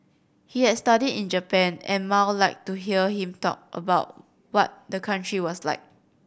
he had studied in Japan and Mao liked to hear him talk about what the country was like